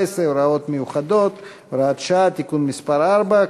2014 (הוראות מיוחדות) (הוראת שעה) (תיקון מס' 4),